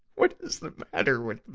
what is the matter with